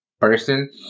person